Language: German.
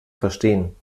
verstehen